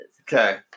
Okay